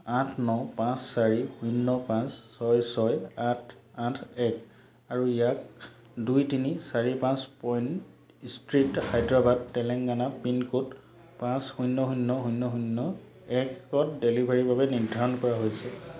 আঠ ন পাঁচ চাৰি শূন্য পাঁচ ছয় ছয় আঠ আঠ এক আৰু ইয়াক দুই তিনি চাৰি পাঁচ pine street Hyderabad Telangana pincode পাঁচ শূন্য শূন্য শূন্য শূন্য একত ডেলিভাৰীৰ বাবে নিৰ্ধাৰিত কৰা হৈছে